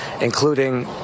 including